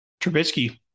Trubisky